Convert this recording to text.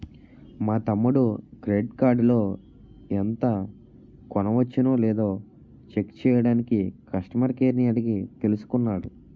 మా తమ్ముడు క్రెడిట్ కార్డులో ఎంత కొనవచ్చునో లేదో చెక్ చెయ్యడానికి కష్టమర్ కేర్ ని అడిగి తెలుసుకున్నాడు